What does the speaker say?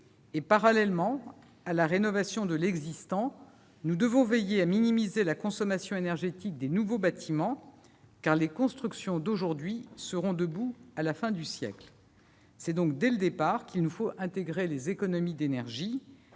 Eh oui ! Tout en rénovant l'existant, nous devons veiller à minimiser la consommation énergétique des nouveaux bâtiments, car les constructions d'aujourd'hui seront debout à la fin du siècle. C'est donc dès le départ qu'il nous faut garantir les économies d'énergie.